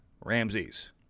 Ramsey's